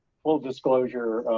full disclosure